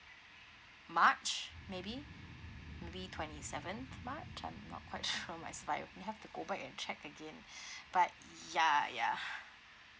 march maybe maybe twenty seventh march I'm not quite sure myself I have to go back and check again but ya ya